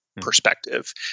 perspective